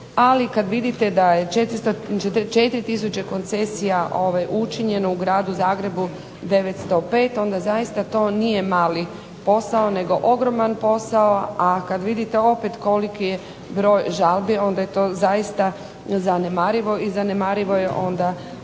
Ali kada vidite da je od 4 tisuća koncesija učinjeno u Gradu Zagrebu 905 onda zaista nije to mali posao nego ogroman posao, a kada vidite opet koliki je broj žalbi onda je to zaista zanemarivo i zanemarivo je